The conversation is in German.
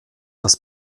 das